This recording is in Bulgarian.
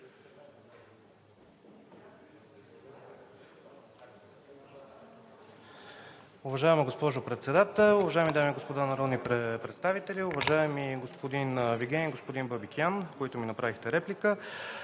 Уважаема госпожо Председател, уважаеми дами и господа народни представители! Уважаеми господин Вигенин, господин Бабикян, които ми направихте реплика,